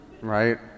right